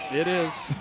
it is.